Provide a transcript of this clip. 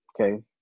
okay